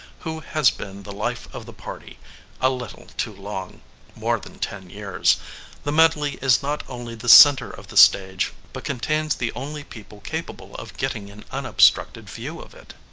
who has been the life of the party a little too long more than ten years the medley is not only the centre of the stage but contains the only people capable of getting an unobstructed view of it.